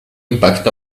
impact